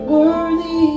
Worthy